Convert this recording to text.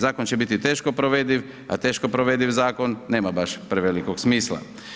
Zakon će biti teško provediv, a teško provediv zakon nema baš prevelikog smisla.